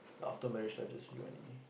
after marriage I just see what to me